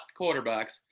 quarterbacks